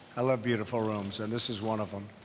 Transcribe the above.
i love beautiful rooms and this is one of them.